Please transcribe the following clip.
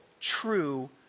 true